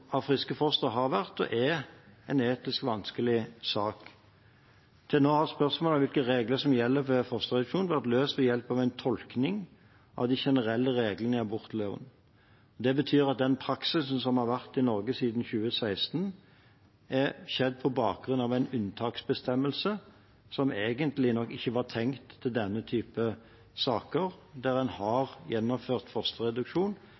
av friske fostre har vært og er en etisk vanskelig sak. Til nå har spørsmålet om hvilke regler som gjelder ved fosterreduksjon, vært løst ved hjelp av en tolkning av de generelle reglene i abortloven. Det betyr at den praksisen som har vært i Norge siden 2016, har skjedd på bakgrunn av en unntaksbestemmelse, som nok egentlig ikke var tenkt til denne typen saker, der en har gjennomført fosterreduksjon